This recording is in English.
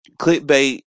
Clickbait